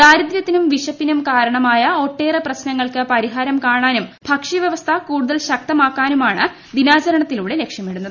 ദാരിദ്ര്യത്തിനും വിശപ്പിനും കാരണമായ ഒട്ടേറെ പ്രശ്നങ്ങൾക്ക് പരിഹാരം കാണാനും ഭക്ഷ്യവ്യവസ്ഥ കൂടുതൽ ശക്തമാക്കാനുമാണ് ദിനാചരണത്തിലൂടെ ലക്ഷ്യമിടുന്നത്